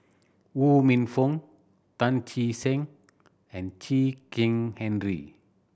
Ho Minfong Tan Che Sang and Chen Kezhan Henri